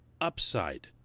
upside